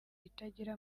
itagira